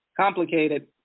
Complicated